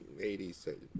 80s